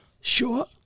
Sure